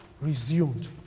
resumed